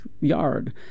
yard